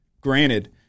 Granted